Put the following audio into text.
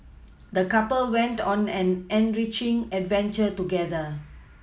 the couple went on an enriching adventure together